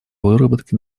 выработки